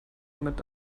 mit